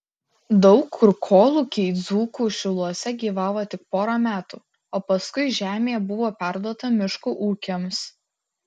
daug kur kolūkiai dzūkų šiluose gyvavo tik porą metų o paskui žemė buvo perduota miškų ūkiams